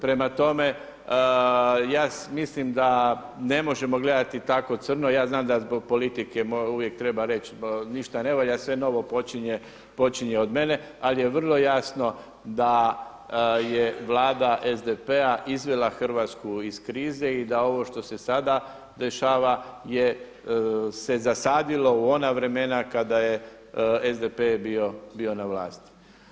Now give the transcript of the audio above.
Prema tome, ja mislim da ne možemo gledati tako crno, ja znam da zbog politike uvijek treba reći ništa ne valja, sve novo počinje od mene, ali je vrlo jasno da je Vlada SDP-a izvela Hrvatsku iz krize i da ovo što se sada dešava je, se zasadilo u ona vremena kada je SDP bio na vlasti.